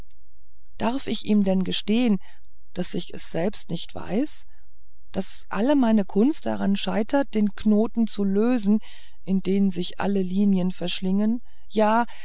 darf ich ihm denn gestehen daß ich es selbst nicht weiß daß alle meine kunst daran scheitert den knoten zu lösen in den sich alle linien verschlingen ja